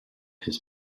his